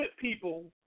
people